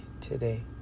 today